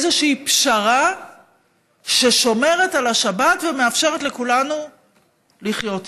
איזושהי פשרה ששומרת על השבת ומאפשרת לכולנו לחיות איתה.